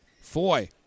Foy